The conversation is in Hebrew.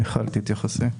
מיכל, תתייחסי.